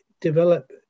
develop